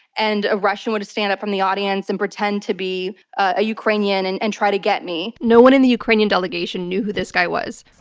and a russian would stand up from the audience and pretend to be a ukrainian and and try to get me. no one in the ukrainian delegation knew who this guy was.